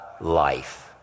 life